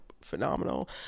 phenomenal